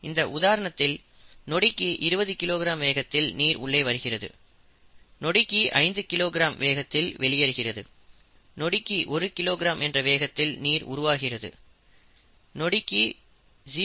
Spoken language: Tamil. இந்த உதாரணத்தில் நொடிக்கு 20 கிலோகிராம் வேகத்தில் நீர் உள்ளே வருகிறது நொடிக்கு 5 கிலோகிராம் வேகத்தில் வெளியேறுகிறது நொடிக்கு 1 கிலோகிராம் என்ற வேகத்தில் நீர் உருவாகிறது நொடிக்கு 0